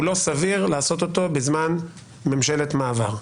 לא סביר לעשות אותו בזמן ממשלת מעבר,